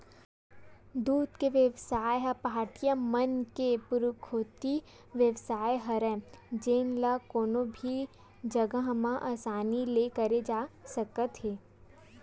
दूद के बेवसाय ह पहाटिया मन के पुरखौती बेवसाय हरय जेन ल कोनो भी जघा म असानी ले करे जा सकत हे